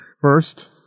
first